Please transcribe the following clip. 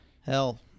hell